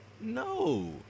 No